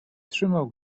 trzymał